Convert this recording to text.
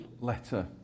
letter